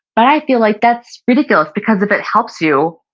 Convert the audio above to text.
but i feel like that's ridiculous because if it helps you,